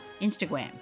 Instagram